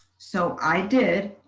so i did.